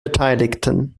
beteiligten